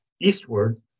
eastward